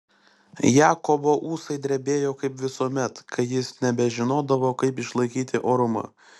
jakobo ūsai drebėjo kaip visuomet kai jis nebežinodavo kaip išlaikyti orumą